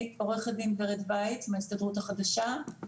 ורד וייץ, מההסתדרות החדשה.